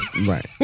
Right